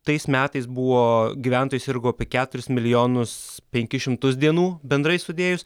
tais metais buvo gyventojai sirgo apie keturis milijonus penkis šimtus dienų bendrai sudėjus